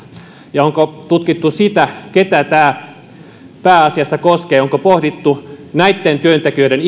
ja onko tutkittu sitä ketä tämä pääasiassa koskee onko pohdittu niiden työntekijöiden